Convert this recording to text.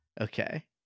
Okay